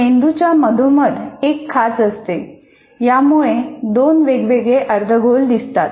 मेंदूच्या मधोमध एक खाच असते यामुळे दोन वेगवेगळे अर्धगोल दिसतात